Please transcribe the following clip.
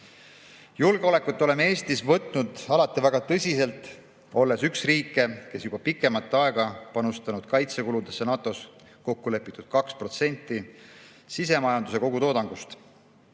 julged. Julgeolekut oleme Eestis võtnud alati väga tõsiselt, olles üks riike, kes juba pikemat aega on panustanud kaitsekuludesse NATO-s kokku lepitud 2% sisemajanduse kogutoodangust.